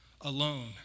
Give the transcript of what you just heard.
alone